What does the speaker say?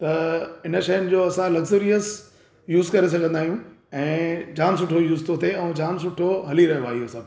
त इन शयुनि जो असां लग्ज़रीअज़ यूज़ करे सघंदा आहियूं ऐं जाम सुठो यूज़ थो थिए ऐं जाम सुठो हली रहियो आहे इहो सभु